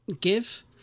give